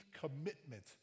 commitment